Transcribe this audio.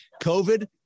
COVID